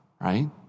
right